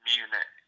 Munich